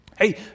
Hey